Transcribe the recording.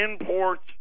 imports